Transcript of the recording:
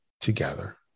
together